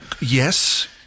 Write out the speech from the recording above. Yes